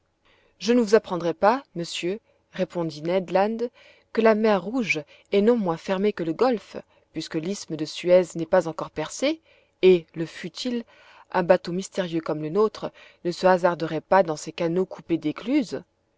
je ne vous apprendrai pas monsieur répondit ned land que la mer rouge est non moins fermée que le golfe puisque l'isthme de suez n'est pas encore percé et le fût-il un bateau mystérieux comme le nôtre ne se hasarderait pas dans ses canaux coupés d'écluses